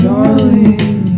Darling